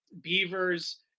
Beavers